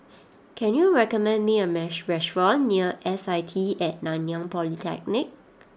can you recommend me a restaurant near S I T at Nanyang Polytechnic